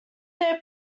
their